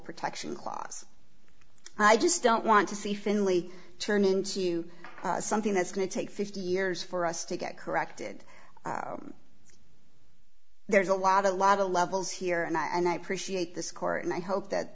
protection clause i just don't want to see finlay turn into something that's going to take fifty years for us to get corrected there's a lot a lot of levels here and i and i appreciate this court and i hope that